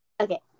Okay